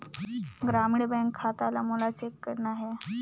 ग्रामीण बैंक के खाता ला मोला चेक करना हे?